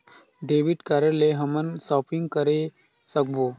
Debit card ले हमन shopping करे सकबो?